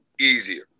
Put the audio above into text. easier